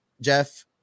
Jeff